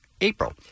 April